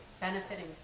benefiting